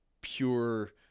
pure